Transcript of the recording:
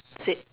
same